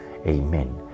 Amen